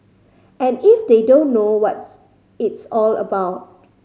and if they don't know what it's all about